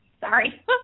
Sorry